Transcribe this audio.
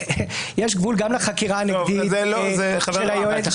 יש גבול גם לחקירה הנגדית של היועץ המשפטי לוועדה.